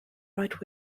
right